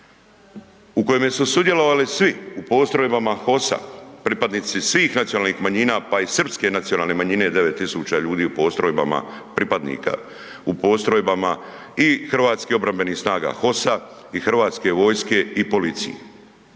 u kojemu su sudjelovali svi u postrojbama HOS-a, pripadnici svih nacionalnih manjina, pa i srpske nacionalne manjine, 9 tisuća ljudi u postrojbama, pripadnika u postrojbama i Hrvatskih obrambenih snaga, HOS-a i Hrvatske vojske i policije.